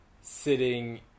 sitting